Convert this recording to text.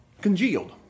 congealed